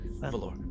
Valor